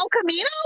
Camino